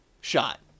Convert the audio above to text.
shot